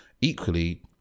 equally